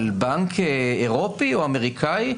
אבל בנק אירופי או אמריקני,